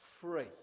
free